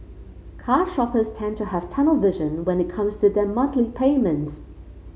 car shoppers tend to have tunnel vision when it comes to their monthly payments